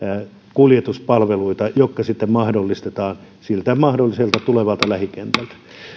kuljetuspalveluita jotka sitten mahdollistetaan siltä mahdolliselta tulevalta lähikentältä